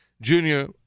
junior